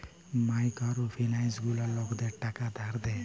micro finance গুলা লকদের টাকা ধার দেয়